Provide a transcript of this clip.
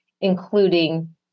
including